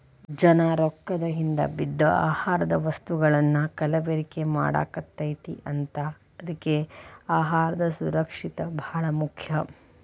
ಜನಾ ರೊಕ್ಕದ ಹಿಂದ ಬಿದ್ದ ಆಹಾರದ ವಸ್ತುಗಳನ್ನಾ ಕಲಬೆರಕೆ ಮಾಡಾಕತೈತಿ ಅದ್ಕೆ ಅಹಾರ ಸುರಕ್ಷಿತ ಬಾಳ ಮುಖ್ಯ